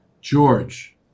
George